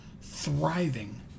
thriving